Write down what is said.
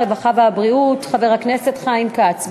הרווחה והבריאות חבר הכנסת חיים כץ.